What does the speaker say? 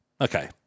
Okay